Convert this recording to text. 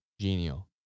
genial